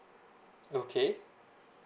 okay